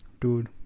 Dude